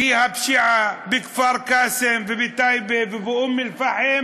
כי הפשיעה בכפר-קאסם ובטייבה ובאום-אלפחם